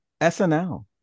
SNL